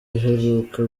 aheruka